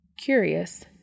Curious